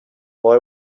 boy